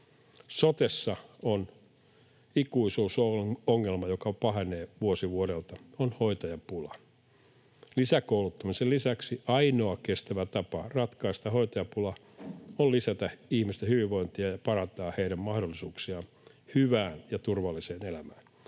Sotessa ikuisuusongelma, joka pahenee vuosi vuodelta, on hoitajapula. Lisäkouluttamisen lisäksi ainoa kestävä tapa ratkaista hoitajapula on lisätä ihmisten hyvinvointia ja parantaa heidän mahdollisuuksiaan hyvään ja turvalliseen elämään